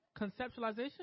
Conceptualization